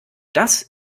das